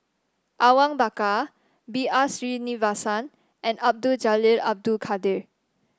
Awang Bakar B R Sreenivasan and Abdul Jalil Abdul Kadir